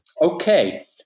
Okay